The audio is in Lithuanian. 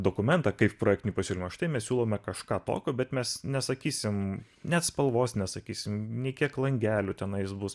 dokumentą kaip projektinį pasiūlymą štai mes siūlome kažką tokio bet mes nesakysim net spalvos nesakysim nei kiek langelių tenais jis bus